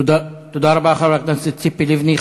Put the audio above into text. תודה רבה, חברת הכנסת ציפי לבני.